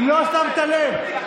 הרגע הערתי לשרה, אם לא שמת לב.